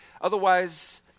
Otherwise